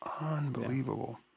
Unbelievable